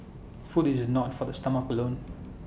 food is not for the stomach alone